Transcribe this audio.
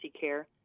care